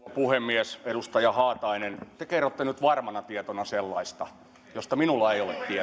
puhemies edustaja haatainen te kerrotte nyt varmana tietona sellaista josta minulla ei ole tietoa